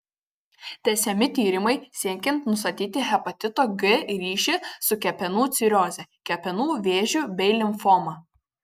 tęsiami tyrimai siekiant nustatyti hepatito g ryšį su kepenų ciroze kepenų vėžiu bei limfoma